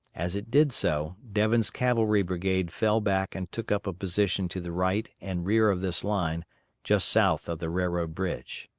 as it did so, devin's cavalry brigade fell back and took up a position to the right and rear of this line just south of the railroad bridge.